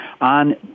On